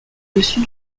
dessus